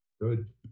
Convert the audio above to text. Good